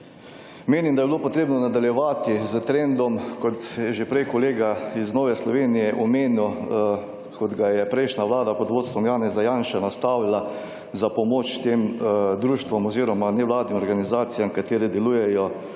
Menim, da bi bilo potrebno nadaljevati s trendom, kot je že prej kolega iz Nove Slovenije omenil, kot ga je prejšnja Vlada pod vodstvom Janeza Janše nastavila za pomoč tem društvom oziroma nevladnim organizacijam, katere delujejo